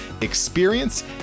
experience